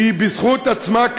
היא קיימת בזכות עצמה.